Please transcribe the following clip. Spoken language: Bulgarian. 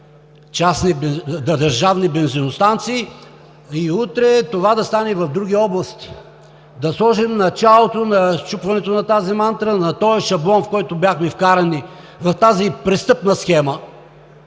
с държавни бензиностанции и утре това да стане и в други области, и в други сфери, да сложим началото на счупването на тази мантра, на този шаблон, в който бяхме вкарани, в тази престъпна схема,